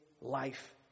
life